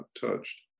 touched